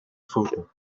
photo